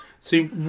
See